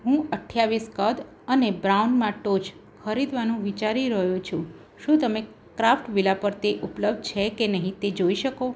હું અઠ્ઠાવીસ કદ અને બ્રાઉનમાં ટોચ ખરીદવાનું વિચારી રહ્યો છું શું તમે ક્રાફ્ટ્ વિલા પર તે ઉપલબ્ધ છે કે નહીં તે જોઈ શકો